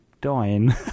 dying